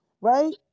right